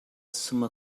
summa